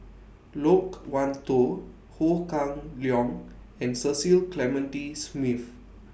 Loke Wan Tho Ho Kah Leong and Cecil Clementi Smith